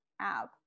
app